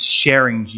sharing